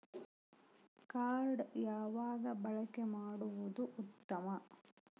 Card ಯಾವಾಗ ಬಳಕೆ ಮಾಡುವುದು ಉತ್ತಮ?